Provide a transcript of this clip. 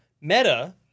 Meta